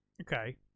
Okay